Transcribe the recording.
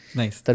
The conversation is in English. nice